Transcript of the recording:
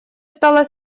стала